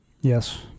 Yes